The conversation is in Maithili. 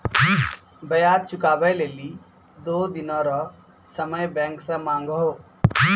ब्याज चुकबै लेली दो दिन रो समय बैंक से मांगहो